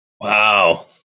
wow